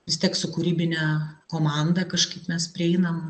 vis tiek su kūrybine komanda kažkaip mes prieinam